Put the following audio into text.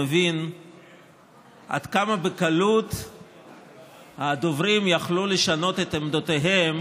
מבין עד כמה בקלות הדוברים יכלו לשנות את עמדותיהם